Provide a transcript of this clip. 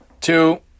two